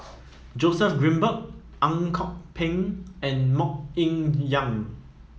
Joseph Grimberg Ang Kok Peng and MoK Ying Jang